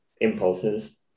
impulses